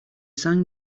sang